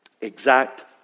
exact